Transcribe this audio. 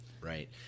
Right